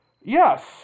Yes